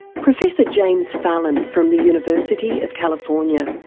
professor james fallon from the university of california.